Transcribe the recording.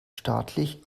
staatlich